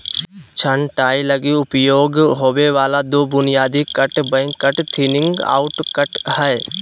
छंटाई लगी उपयोग होबे वाला दो बुनियादी cut back cut, thinning out cut हइ